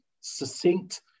succinct